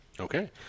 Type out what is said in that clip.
okay